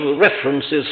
references